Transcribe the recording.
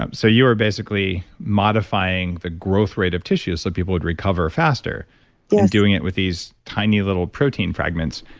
ah so you're basically modifying the growth rate of tissue so people would recover faster and yeah doing it with these tiny little protein fragments.